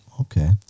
Okay